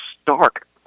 stark